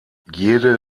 jede